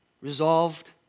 resolved